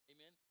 Amen